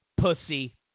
pussy